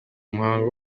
umuhango